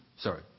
Sorry